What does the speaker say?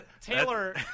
Taylor